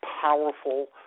powerful